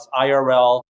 IRL